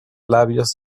labios